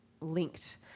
linked